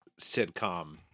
sitcom